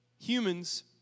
Humans